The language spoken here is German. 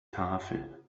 tafel